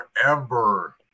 forever